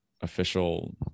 official